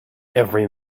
every